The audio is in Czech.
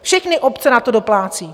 Všechny obce na to doplácí.